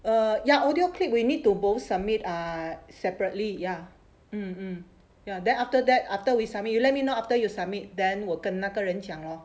err ya audio clip we need to both submit err separately ya mm mm ya then after that after we submit you let me know after you submit then 我跟那个人讲 lor